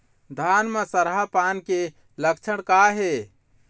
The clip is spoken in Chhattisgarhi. धान म सरहा पान के लक्षण का हे?